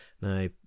now